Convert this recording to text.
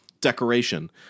decoration